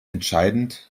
entscheidend